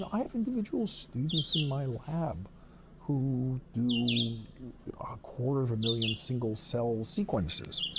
i have individual students in my lab who do ah a quarter of a million single cell sequences.